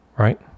right